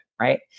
right